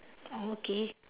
okay